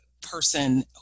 person